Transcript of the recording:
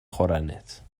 خورنت